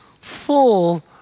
full